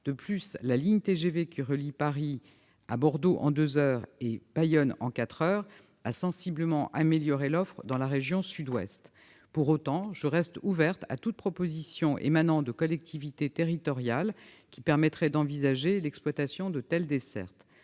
à grande vitesse qui relie Paris à Bordeaux en deux heures et à Bayonne en quatre heures a sensiblement amélioré l'offre dans le Sud-Ouest. Pour autant, je reste ouverte à toute proposition émanant de collectivités territoriales qui permettrait d'envisager l'exploitation de telles dessertes.